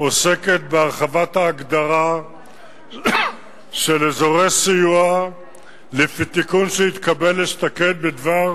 עוסקת בהרחבת ההגדרה של אזורי סיוע לפי תיקון שהתקבל אשתקד בדבר